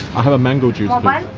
have a mango juice